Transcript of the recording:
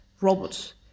robots